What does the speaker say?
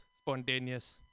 spontaneous